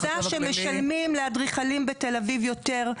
--- עובדה שמשלמים לאדריכלים בתל אביב יותר.